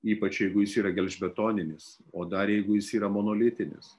ypač jeigu jis yra gelžbetoninis o dar jeigu jis yra monolitinis